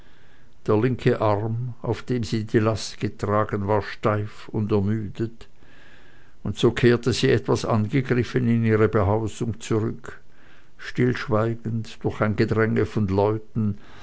der linke arm auf dem sie die last getragen war steif und ermüdet und so kehrte sie etwas angegriffen in ihre behausung zurück stillschweigend durch ein gedränge von leuten